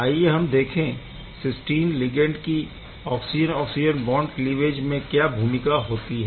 आइए हम देखें सिस्टीन लिगैण्ड की ऑक्सिजन ऑक्सिजन बॉन्ड क्लीवेज में क्या भूमिका होती है